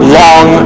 long